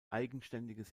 eigenständiges